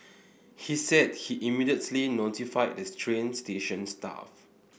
he said he immediately notified this train station staff